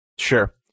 Sure